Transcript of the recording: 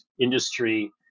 industry